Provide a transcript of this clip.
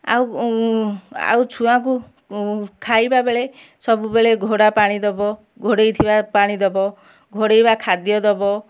ଆଉ ଆଉ ଛୁଆଙ୍କୁ ଖାଇବାବେଳେ ସବୁବେଳେ ଘୋଡ଼ା ପାଣି ଦେବ ଘୋଡ଼େଇ ଥିବା ପାଣି ଦେବ ଘୋଡ଼େଇବା ଖାଦ୍ୟ ଦେବ